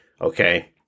okay